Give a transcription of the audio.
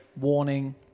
Warning